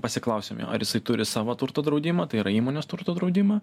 pasiklausiam jo ar jisai turi savo turto draudimą tai yra įmonės turto draudimą